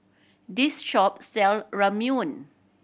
this shop sell Ramyeon